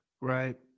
Right